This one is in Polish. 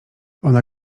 ona